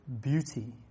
beauty